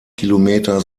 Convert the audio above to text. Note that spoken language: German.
kilometer